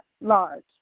large